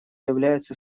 является